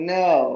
no